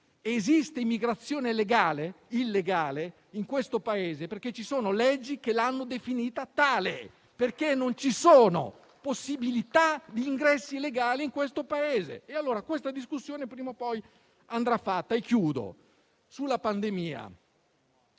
esiste immigrazione illegale in questo Paese perché ci sono leggi che l'hanno definita tale; non ci sono infatti possibilità di ingressi legali nel nostro Paese. Questa discussione prima o poi andrà fatta.